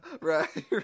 Right